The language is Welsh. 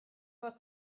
fod